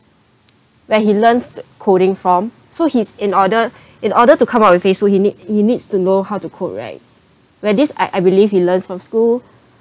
where he learns coding from so he's in order in order to come up with Facebook he need he needs to know how to code right where this I I believe he learns from school